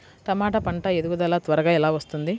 టమాట పంట ఎదుగుదల త్వరగా ఎలా వస్తుంది?